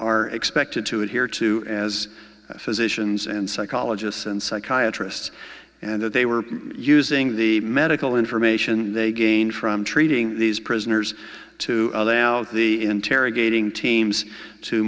are expected to adhere to as physicians and psychologists and psychiatrists and that they were using the medical information they gained from treating these prisoners to the interrogating teams to